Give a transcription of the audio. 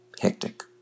hectic